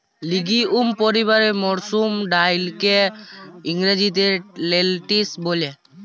legume পরিবারের মসুর ডাইলকে ইংরেজিতে লেলটিল ব্যলে